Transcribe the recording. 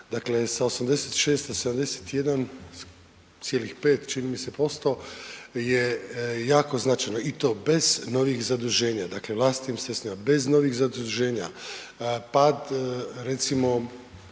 čini mi se posto je jako značajno i to bez novih zaduženja, dakle vlastitim sredstvima, bez novih zaduženja. Pad recimo